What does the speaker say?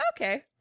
okay